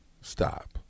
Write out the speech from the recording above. Stop